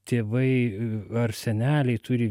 tėvai ar seneliai turi